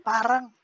Parang